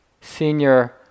senior